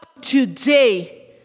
today